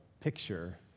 picture